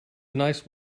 nice